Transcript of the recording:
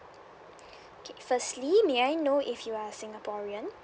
okay firstly may I know if you are singaporean